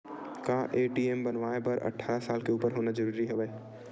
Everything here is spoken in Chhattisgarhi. का ए.टी.एम बनवाय बर अट्ठारह साल के उपर होना जरूरी हवय?